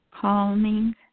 Calming